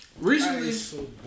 Recently